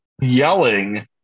yelling